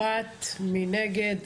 מי נגד?